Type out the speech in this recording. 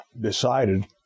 decided